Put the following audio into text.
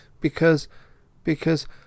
because—because